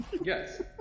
Yes